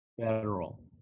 federal